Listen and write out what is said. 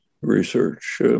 research